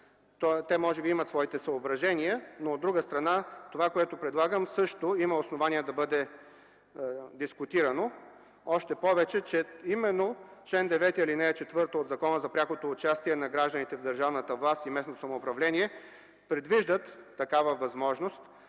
Те може би имат своите съображения, но от друга страна това, което предлагам, има основание да бъде дискутирано, още повече, че чл. 9, ал. 4 от Закона за прякото участие на гражданите в държавната власт и местното самоуправление предвиждат възможност